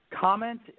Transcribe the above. comment